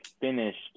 finished